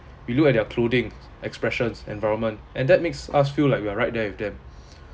we look at their clothing expressions environment and that makes us feel like we are right there with them